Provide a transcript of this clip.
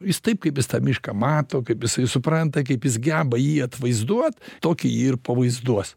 jis taip kaip jis tą mišką mato kaip jisai supranta kaip jis geba jį atvaizduot tokį jį ir pavaizduos